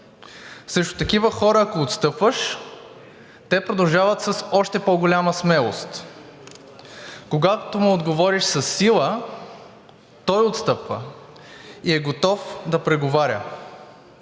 Срещу такива хора, ако отстъпваш, те продължават с още по-голяма смелост. Когато му отговориш със сила, той отстъпва и е готов да преговаря.